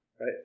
right